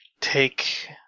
take